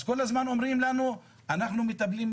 אז כל הזמן אומרים לנו: אנחנו מטפלים,